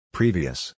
Previous